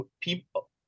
people